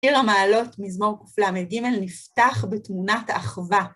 שיר המעלות מזמור קל"ג נפתח בתמונת אחווה.